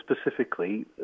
specifically